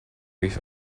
with